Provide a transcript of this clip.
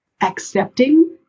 Accepting